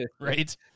right